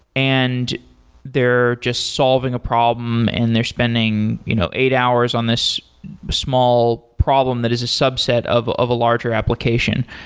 and they're just solving a problem and they're spending you know eight hours on this small problem that is a subset of of a larger application.